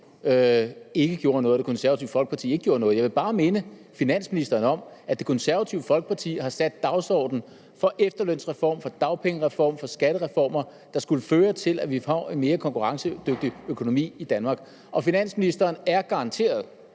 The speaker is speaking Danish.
ikke gjorde noget, at Det Konservative Folkeparti ikke gjorde noget. Jeg vil bare minde finansministeren om, at Det Konservative Folkeparti har sat dagsordenen for efterlønsreform, for dagpengereform, for skattereformer, der skulle føre til, at vi fik en mere konkurrencedygtig økonomi i Danmark. Og finansministeren er garanteret